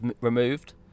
removed